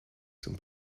zum